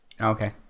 Okay